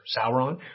Sauron